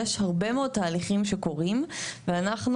יש הרבה מאוד תהליכים שקורים ואנחנו